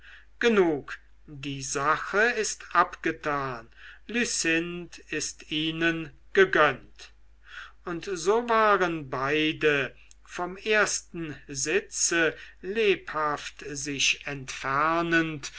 genug die sache ist abgetan lucinde ist ihnen gegönnt und so waren beide vom ersten sitze lebhaft sich entfernend